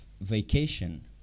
vacation